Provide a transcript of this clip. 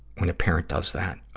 when a parent does that. oh,